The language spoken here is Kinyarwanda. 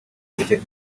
zisekeje